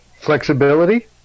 flexibility